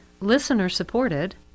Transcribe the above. listener-supported